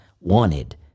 Wanted